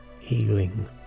Healing